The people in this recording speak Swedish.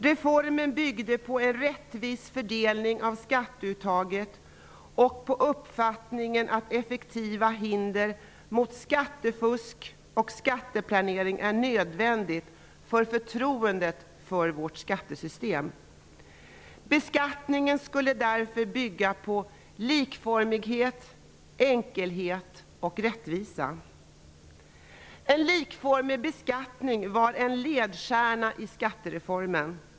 Reformen byggde på en rättvis fördelning av skatteuttaget och på uppfattningen att effektiva hinder mot skattefusk och skatteplanering är nödvändiga för förtroendet för vårt skattesystem. Beskattningen skulle därför bygga på likformighet, enkelhet och rättvisa. En likformig beskattning var en ledstjärna i skattereformen.